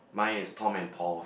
mine is Tom and Paul's